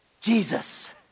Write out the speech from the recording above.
Jesus